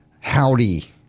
howdy